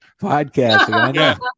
Podcasting